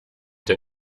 der